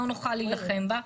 לא נוכל להילחם בה.